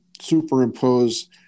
superimpose